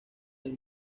del